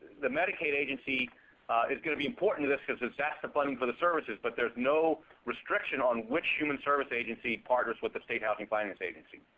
the medicaid agency is going to be important to this because that's the funding for the services. but there's no restriction on which human services agency partners with the state housing finance agency.